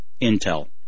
Intel